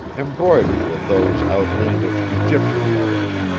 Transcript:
embroidered with those outlandish egyptian letters.